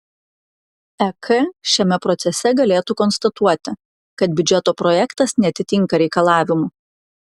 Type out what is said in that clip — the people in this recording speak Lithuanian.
ek šiame procese galėtų konstatuoti kad biudžeto projektas neatitinka reikalavimų